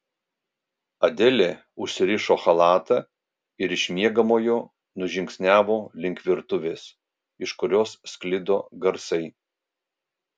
adelė užsirišo chalatą ir iš miegamojo nužingsniavo link virtuvės iš kurios sklido garsai